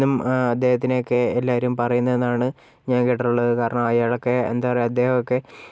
ഇന്നും അദ്ദേഹത്തിനെയൊക്കെ എല്ലാവരും പറയുന്നത് എന്നാണ് ഞാൻ കേട്ടിട്ടുള്ളത് കാരണം അയാളൊക്കെ എന്താ പറയുക അദ്ദേഹമൊക്കെ